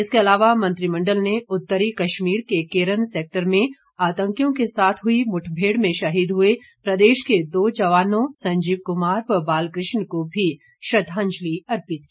इसके अलावा मंत्रिमंडल ने उत्तरी कश्मीर के केरन सैक्टर में आतंकियों के साथ हुई मुठमेड़ में शहीद हुए प्रदेश के दो जवानों संजीव कुमार व बालकृष्ण को भी श्रद्वांजलि अर्पित की